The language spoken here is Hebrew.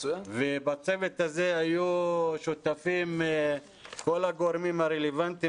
בצוות הזה היו שותפים כל הגורמים הרלוונטיים